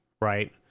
Right